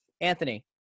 Anthony